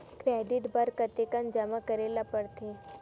Credit बर कतेकन जमा करे ल पड़थे?